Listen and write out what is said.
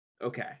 okay